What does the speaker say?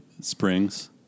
springs